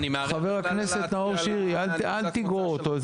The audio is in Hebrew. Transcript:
חה"כ נאור שירי, אל תגרור אותו.